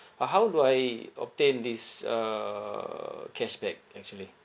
but how do I obtain this uh cashback actually